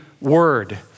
word